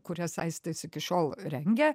kurias aistis iki šiol rengia